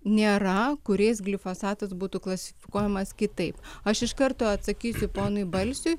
nėra kuriais glifosatas būtų klasifikuojamas kitaip aš iš karto atsakysiu ponui balsiui